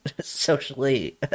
socially